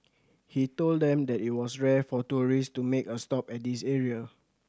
he told them that it was rare for tourists to make a stop at this area